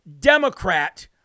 Democrat